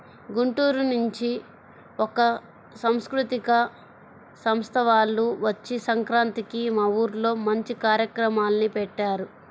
గుంటూరు నుంచి ఒక సాంస్కృతిక సంస్థ వాల్లు వచ్చి సంక్రాంతికి మా ఊర్లో మంచి కార్యక్రమాల్ని పెట్టారు